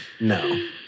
no